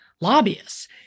lobbyists